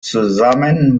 zusammen